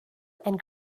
and